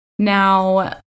Now